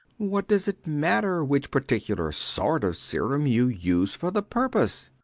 what does it matter which particular sort of serum you use for the purpose?